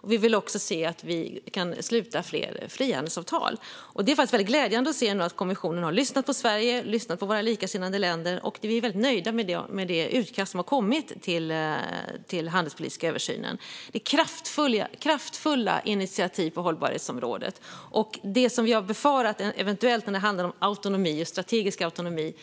Och vi vill se att vi kan sluta fler frihandelsavtal. Det är glädjande att nu se att kommissionen har lyssnat på Sverige och våra likasinnade länder. Vi är väldigt nöjda med det utkast till handelspolitisk översyn som har kommit. Det rör sig om kraftfulla initiativ på hållbarhetsområdet. Det vi eventuellt hade befarat i fråga om autonomi och strategisk autonomi